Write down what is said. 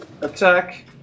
attack